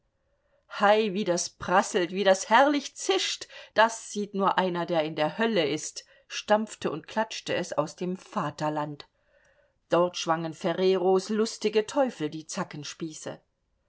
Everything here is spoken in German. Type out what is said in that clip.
hei wie das prasselt und wie das herrlich zischt das sieht nur einer der in der hölle ist stampfte und klatschte es aus dem vaterland dort schwangen ferreros lustige teufel die